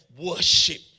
worship